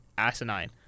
Asinine